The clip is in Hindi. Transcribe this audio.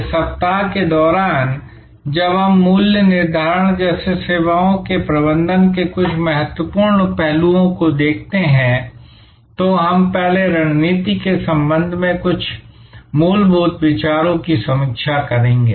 इस सप्ताह के दौरान जब हम मूल्य निर्धारण जैसे सेवाओं के प्रबंधन के कुछ महत्वपूर्ण पहलुओं को देखते हैं तो हम पहले रणनीति के संबंध में कुछ मूलभूत विचारों की समीक्षा करेंगे